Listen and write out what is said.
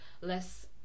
less